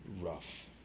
rough